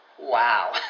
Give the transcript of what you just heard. Wow